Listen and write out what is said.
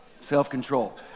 Self-control